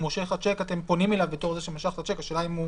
הוא מושך הצ'ק ואתם פונים אליו בתור זה שמשך את הצ'ק השאלה אם הוא